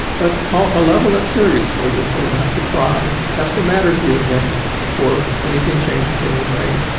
but on a level that's serious for you, so you have to try. it has to matter to you again before anything changes in your brain.